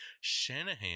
Shanahan